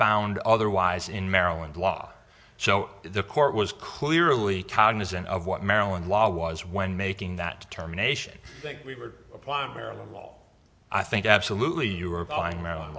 found otherwise in maryland law so the court was clearly cognizant of what maryland law was when making that determination think we were applying maryland law i think absolutely you are in maryland